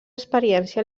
experiència